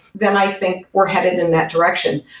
then i think we're headed in that direction.